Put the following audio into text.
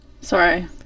Sorry